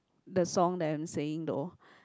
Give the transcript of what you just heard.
the song that I'm saying though